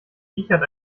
wiechert